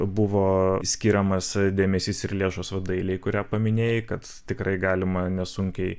buvo skiriamas dėmesys ir lėšos vat dailei kurią paminėjai kad tikrai galima nesunkiai